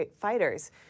fighters